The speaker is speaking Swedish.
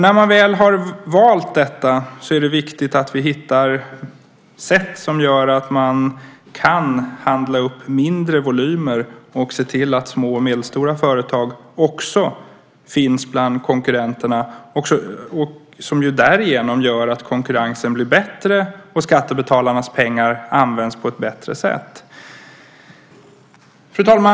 När man väl har valt detta är det viktigt att vi hittar sätt som gör att man kan handla upp mindre volymer och se till att små och medelstora företag också finns bland konkurrenterna. Därigenom blir konkurrensen bättre, och skattebetalarnas pengar används på ett bättre sätt. Fru talman!